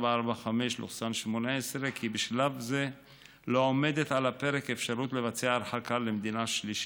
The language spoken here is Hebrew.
2445/18 כי בשלב זה לא עומדת על הפרק אפשרות לבצע הרחקה למדינה שלישית.